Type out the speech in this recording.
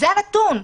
זה הנתון.